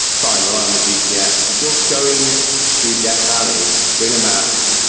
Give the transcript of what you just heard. fine. well, i am the g. p. s. if you're going through death valley, bring a map.